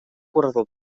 corredor